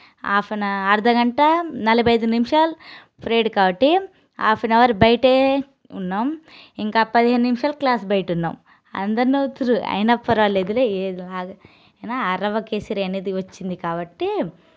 half an hour అర్ధగంట నలభై ఐదు నిమిషాల్ ఫిర్డ్ కాబట్టి హాఫ్ ఆన్అవర్ బయటే ఉన్నాం ఇంకా పదిహేను నిమిషాలు క్లాస్ బయట ఉన్నాం అందర్ నవ్వుతుండ్రు అయినా పర్వాలేదులే ఏం కాదు అరవకేసరి అనేది వచ్చింది కాబట్టి